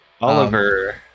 Oliver